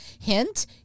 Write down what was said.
Hint